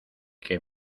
que